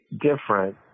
different